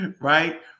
right